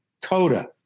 Coda